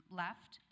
left